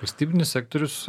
valstybinis sektorius